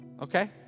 Okay